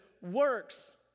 works